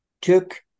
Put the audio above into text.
took